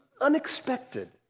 unexpected